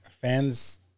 fans